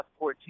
2014